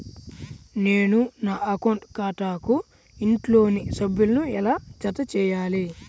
నేను నా అకౌంట్ ఖాతాకు ఇంట్లోని సభ్యులను ఎలా జతచేయాలి?